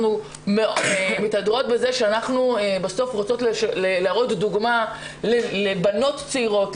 אנחנו מתהדרות בזה שאנחנו בסוף רוצות להראות דומה לבנות צעירות,